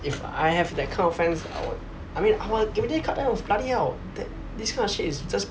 if I have that kind of friends I mean I will cut them off bloody hell th~ this kind of shit is just